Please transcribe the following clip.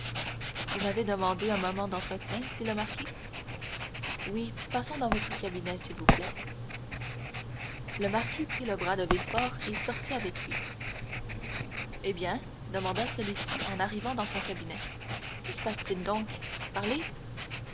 vous m'avez demandé un moment d'entretien dit le marquis oui passons dans votre cabinet s'il vous plaît le marquis prit le bras de villefort et sortit avec lui eh bien demanda celui-ci en arrivant dans son cabinet que se passe-t-il donc parlez